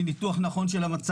אלא על סמך ניתוח נכון של המצב,